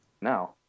now